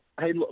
Hey